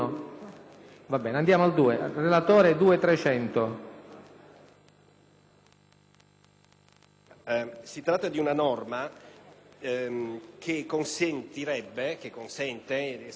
Si tratta di una norma che consentirà, se approvata, l'istituzione di un numero minore di sezioni per lo svolgimento